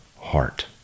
heart